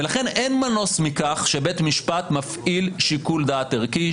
ולכן אין מנוס מכך שבית משפט מפעיל שיקול דעת ערכי,